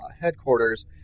headquarters